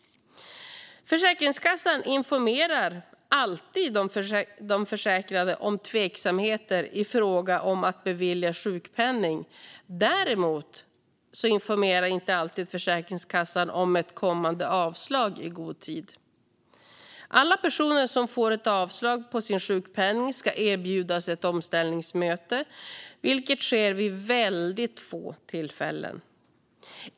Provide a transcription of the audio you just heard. Försäkringskassan informerar alltid de försäkrade om tveksamheter i fråga om att bevilja sjukpenning. Däremot informerar inte alltid Försäkringskassan om ett kommande avslag i god tid. Alla personer som får ett avslag på sin sjukpenning ska erbjudas ett omställningsmöte, vilket sker vid väldigt få tillfällen.